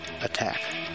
attack